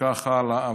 וכך הלאה.